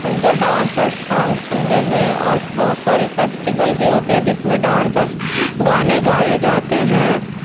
ان کا ڈانس اور سانگ سننے میں اور بہت سارے فیسٹیول بھی ہوتے ہیں جس میں ڈانس اور گانے گائے جاتے ہیں